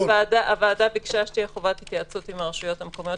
הוועדה ביקשה שתהיה חובת התייעצות עם הרשויות המקומיות